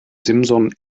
simson